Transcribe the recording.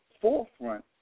forefront